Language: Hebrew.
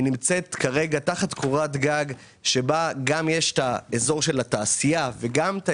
כרגע היא נמצאת תחת קורת גג של התעשייה וגם של